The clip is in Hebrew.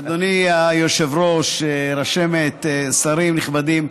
אדוני היושב-ראש, רשמת, שרים נכבדים,